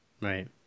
Right